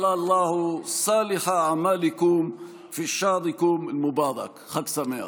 שאללה יקבל את מעשיכם הטובים בחודש המבורך שלכם.) חג שמח.